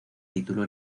título